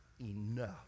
enough